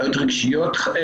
נושא של בעיות רגשיות קשות,